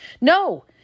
No